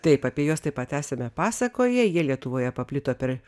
taip apie juos taip pat esame pasakoję jie lietuvoje paplito per